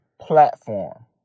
platform